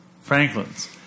Franklins